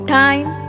time